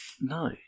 No